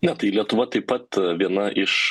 jo tai lietuva taip pat viena iš